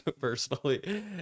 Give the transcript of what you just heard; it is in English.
personally